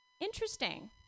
Interesting